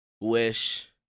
wish